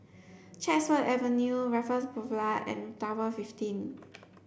Chatsworth Avenue Raffles Boulevard and Tower fifteen